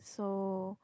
so